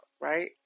right